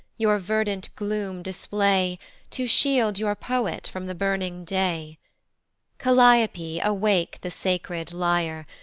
your verdant gloom display to shield your poet from the burning day calliope awake the sacred lyre,